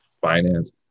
finance